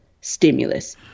stimulus